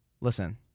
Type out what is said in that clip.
Listen